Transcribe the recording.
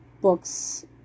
books